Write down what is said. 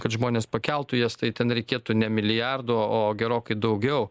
kad žmonės pakeltų jas tai ten reikėtų ne milijardo o gerokai daugiau